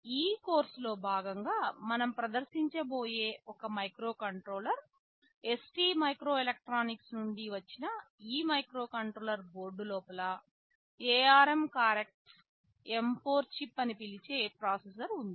ఈ కోర్సులో భాగంగా మనం ప్రదర్శించబోయే ఒక మైక్రోకంట్రోలర్ ST మైక్రోఎలక్ట్రానిక్స్ నుండి వచ్చిన ఈ మైక్రోకంట్రోలర్ బోర్డు లోపల ARM కార్టెక్స్ M4 చిప్ అని పిలిచే ప్రాసెసర్ ఉంది